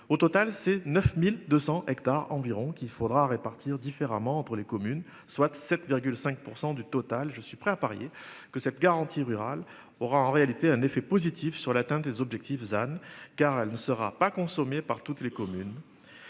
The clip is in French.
Au total ces 9200 hectares environ qu'il faudra répartir différemment entre les communes, soit 7,5% du total. Je suis prêt à parier que cette garantie rural aura en réalité un effet positif sur l'atteinte des objectifs than car elle ne sera pas consommée par toutes les communes.